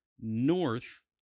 north